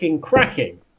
cracking